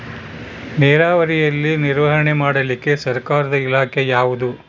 ನೇರಾವರಿಯಲ್ಲಿ ನಿರ್ವಹಣೆ ಮಾಡಲಿಕ್ಕೆ ಸರ್ಕಾರದ ಇಲಾಖೆ ಯಾವುದು?